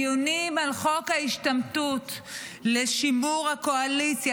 הדיונים על חוק ההשתמטות לשימור הקואליציה